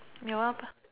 your one bah